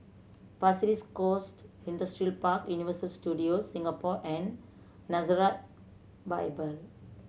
Pasir Ris Coast Industrial Park Universal Studios Singapore and Nazareth Bible